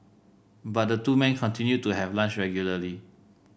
but the two men continued to have lunch regularly